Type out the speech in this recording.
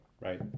right